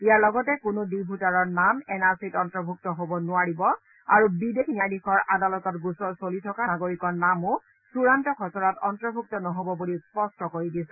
ইয়াৰ লগতে কোনো ডিহ ভোটাৰৰ নাম এন আৰ চিত অন্তৰ্ভূক্ত হব নোৱাৰিব আৰু বিদেশী ন্যায়াধীশৰ আদালতত গোচৰ চলি থকা নাগৰিকৰ নামো চূড়ান্ত খচৰাত অন্তৰ্ভুক্ত নহহব বুলি স্পষ্ট কৰি দিছে